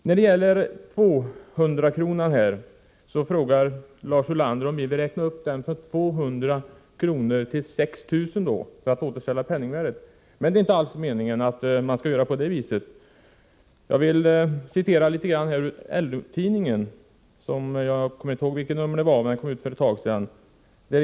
När det gäller 200-kronorsregeln frågar Lars Ulander om vi, för att återställa penningvärdet, vill räkna upp beloppet från 2 000 kr. till 6 000 kr. Nej, det är inte alls meningen att man skall göra på det viset. Jag vill här citera ur LO-tidningen — jag kommer inte ihåg vilket nummer det är, men det kom ut för ett tag sedan.